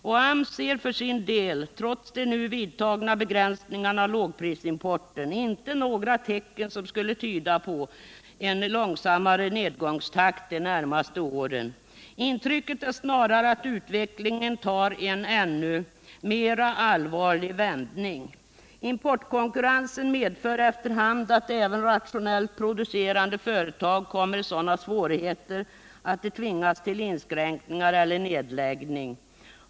AMS ser för sin del — trots de nu vidtagna begränsningarna av lågprisimporten — inte några tecken som skulle tyda på en långsammare nedgångstakt de närmaste åren. Intrycket är snarare att utvecklingen tar en ännu mer allvarlig vändning. Importkonkurrensen medför efter hand att även de rationellt producerande företagen kommer i sådana svårigheter att de tvingas till inskränkningar eller nedläggning.